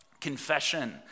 Confession